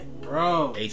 bro